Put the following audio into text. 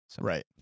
Right